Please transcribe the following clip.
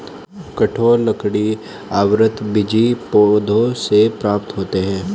कठोर लकड़ी आवृतबीजी पौधों से प्राप्त होते हैं